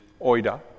oida